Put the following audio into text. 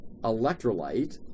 electrolyte